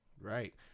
Right